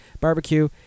barbecue